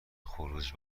خروج